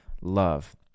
love